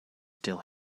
still